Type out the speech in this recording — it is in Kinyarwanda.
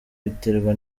biterwa